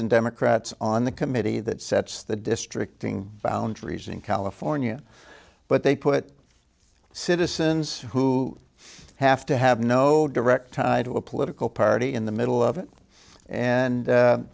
and democrats on the committee that sets the district boundaries in california but they put citizens who have to have no direct ties to a political party in the middle of it and